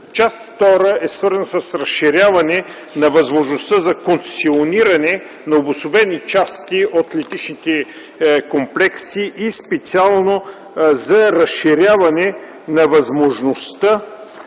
Част втора е свързана с разширяване на възможността за концесиониране на обособени части от летищните комплекси и специално за разширяване на възможността